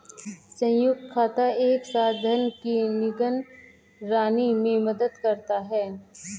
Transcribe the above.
संयुक्त खाता एक साथ धन की निगरानी में मदद करता है